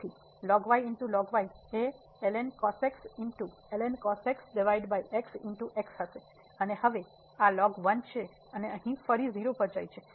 તેથી એ હશે અને હવે આ છે અને અહીં ફરી 0 પર જાય છે